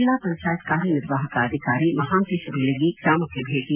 ಜಿಲ್ಲಾ ಪಂಚಾಯತ್ ಕಾರ್ಯನಿರ್ವಾಹಕ ಅಧಿಕಾರಿ ಮಹಾಂತೇಶ ಬೀಳಗಿ ಗ್ರಾಮಕ್ಕೆ ಭೇಟಿ